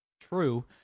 true